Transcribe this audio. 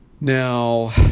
Now